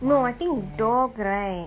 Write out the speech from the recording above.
no I think dog right